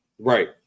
Right